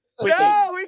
No